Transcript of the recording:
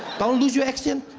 don't lose your accent.